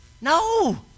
No